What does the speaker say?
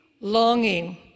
longing